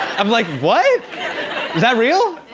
i'm like, what? is that real?